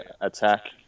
attack